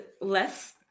less